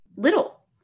Little